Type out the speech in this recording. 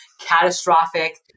catastrophic